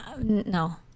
No